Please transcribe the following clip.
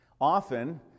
Often